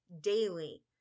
daily